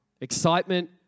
Excitement